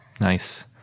Nice